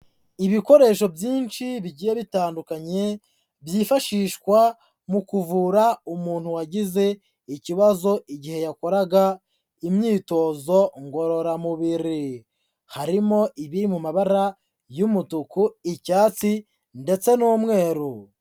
Ibikoresho byinshi bigiye bitandukanye byifashishwa mu kuvura umuntu wagize ikibazo igihe yakoraga imyitozo ngororamubiri, harimo ibiri mu mabara y'umutuku, icyatsi ndetse n'umweru.